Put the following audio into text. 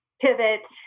pivot